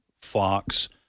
Fox